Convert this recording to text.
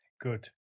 Good